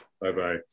Bye-bye